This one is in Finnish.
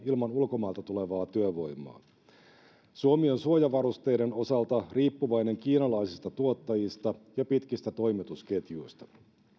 ilman ulkomailta tulevaa työvoimaa suomi on suojavarusteiden osalta riippuvainen kiinalaisista tuottajista ja pitkistä toimitusketjuista